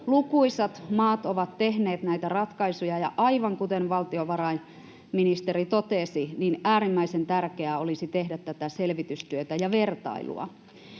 Lukuisat maat ovat tehneet näitä ratkaisuja, ja aivan kuten valtiovarainministeri totesi, äärimmäisen tärkeää olisi tehdä tätä selvitystyötä ja vertailua.